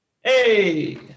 Hey